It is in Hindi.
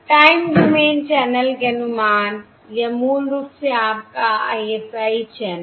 टाइम डोमेन चैनल के अनुमान या मूल रूप से आपका ISI चैनल